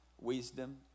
wisdom